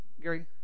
Gary